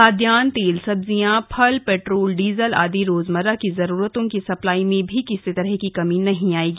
खाद्यान्न तेल सब्जियां फल पेट्रोल डीजल आदि रोजमर्रा की जरूरतों की सप्लाई में भी किसी तरह की कमी नहीं है